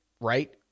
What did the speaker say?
right